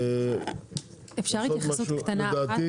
אפשר התייחסות קטנה רק,